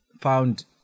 found